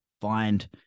find